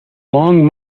long